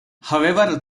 however